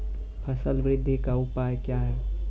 फसल बृद्धि का उपाय क्या हैं?